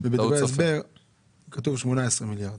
ובדברי ההסבר כתוב 18 מיליארד.